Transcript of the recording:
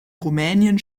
rumänien